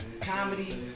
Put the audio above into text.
Comedy